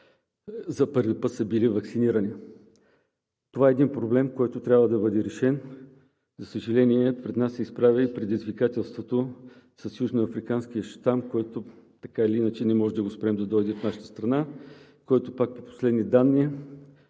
за първи път са били ваксинирани. Това е един проблем, който трябва да бъде решен. За съжаление, пред нас се изправя и предизвикателството с южноафриканския щам, който така или иначе не може да го спрем да дойде в нашата страна, който пак по последни данни